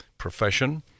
profession